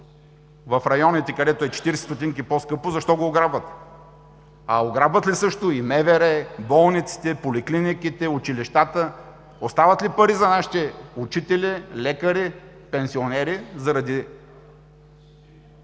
в районите, където е 40 ст. по-скъпо, защо го ограбват. А ограбват ли също и МВР, болниците, поликлиниките, училищата? Остават ли пари за нашите учители, лекари, пенсионери, заради…